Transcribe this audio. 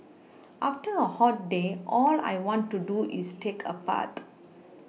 after a hot day all I want to do is take a bath